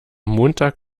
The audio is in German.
montag